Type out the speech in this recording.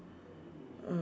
uh